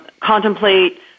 contemplate